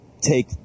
take